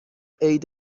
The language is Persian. عید